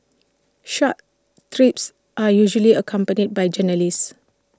such trips are usually accompanied by journalists